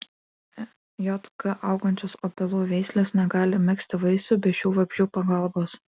jk augančios obelų veislės negali megzti vaisių be šių vabzdžių pagalbos